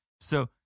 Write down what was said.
So-